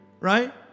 right